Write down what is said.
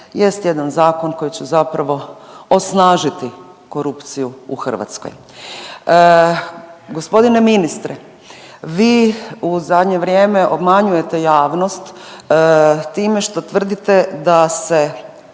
jest jedan zakon koji će zapravo osnažiti korupciju u Hrvatskoj. Gospodine ministre vi u zadnje vrijeme obmanjujete javnost time što tvrdite da se